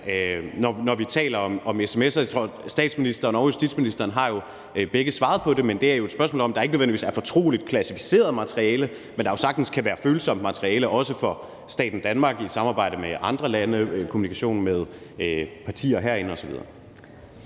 når vi taler om sms'er: Statsministeren og justitsministeren har jo begge svaret på det, men det er jo et spørgsmål om, at der ikke nødvendigvis er fortroligt klassificeret materiale, men at der jo sagtens kan være følsomt materiale, også for staten Danmark i forhold til et samarbejde med andre lande, kommunikationen med partier herinde osv.